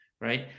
right